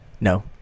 No